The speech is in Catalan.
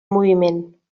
moviment